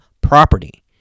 property